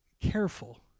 careful